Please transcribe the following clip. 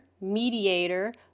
mediator